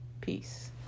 Peace